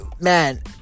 man